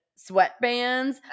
sweatbands